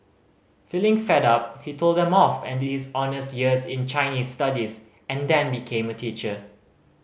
feeling fed up he told them off and did his honours year in Chinese Studies and then became a teacher